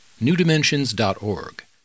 newdimensions.org